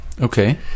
Okay